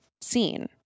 seen